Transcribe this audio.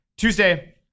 Tuesday